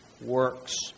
works